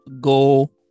go